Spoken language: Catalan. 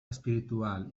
espiritual